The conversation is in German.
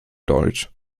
deutsch